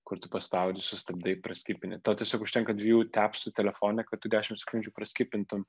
kur tu paspaudi sustabdai praskipini tau tiesiog užtenka dviejų tepsų telefone kad tu dešim sekundžių praskipintum